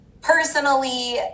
personally